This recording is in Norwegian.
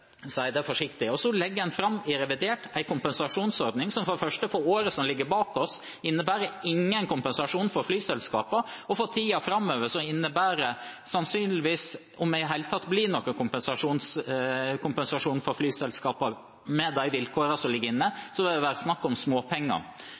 det forsiktig. Så legger man i revidert nasjonalbudsjett fram en kompensasjonsordning som for det første, for året som ligger bak oss, ikke innebærer noen kompensasjon for flyselskapene, og for tiden framover vil det sannsynligvis – om det i det hele tatt blir noen kompensasjon for flyselskapene, med de vilkårene som ligger inne